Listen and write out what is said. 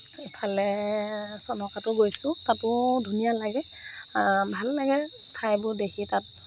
ইফালে চনকাতো গৈছোঁ তাতো ধুনীয়া লাগে ভাল লাগে ঠাইবোৰ দেখি তাত